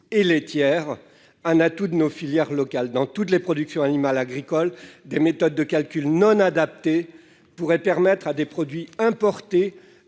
et laitière, un atout de nos filières locales. Dans toutes les productions animales agricoles, des méthodes de calcul non adaptées pourraient permettre à des produits importés